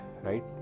right